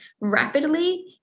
rapidly